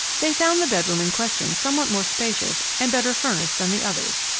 they found the bedroom in question somewhat more spacious and better furnished than the others.